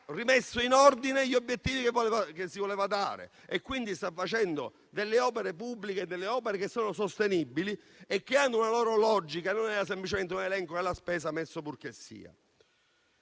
rimesso in ordine gli obiettivi che si voleva dare e che sta facendo delle opere pubbliche sostenibili e che hanno una loro logica; non era semplicemente un elenco della spesa messo purchessia.